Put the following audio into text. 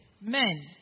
Men